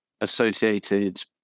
associated